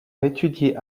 étudié